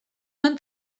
duen